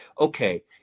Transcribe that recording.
okay